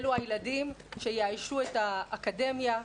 אלה הילדים שיאיישו את האקדמיה,